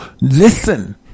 listen